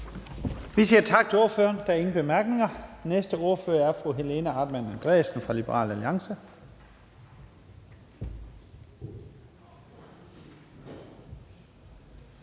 Vi siger tak til ordføreren. Der er ingen korte bemærkninger. Næste ordfører er fru Helena Artmann Andresen fra Liberal Alliance.